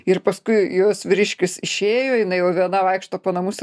ir paskui jos vyriškis išėjo jinai va viena vaikšto po namus